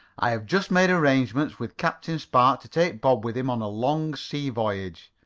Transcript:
i have just made arrangements with captain spark to take bob with him on a long sea voyage.